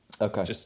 Okay